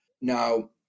Now